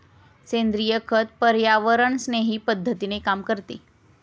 सेंद्रिय खत पर्यावरणस्नेही पद्धतीने काम करते